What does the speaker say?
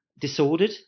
disordered